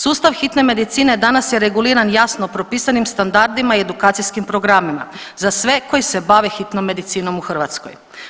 Sustav hitne medicine danas je reguliran jasno propisanim standardima i edukacijskim programima, za sve koji se bave hitnom medicinom u Hrvatskoj.